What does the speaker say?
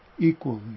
equally